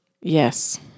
Yes